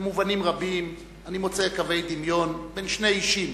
במובנים רבים אני מוצא קווי דמיון בין שני אישים